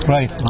Right